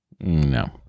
No